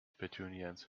petunias